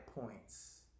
points